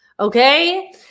Okay